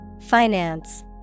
Finance